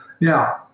Now